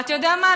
אבל אתה יודע מה,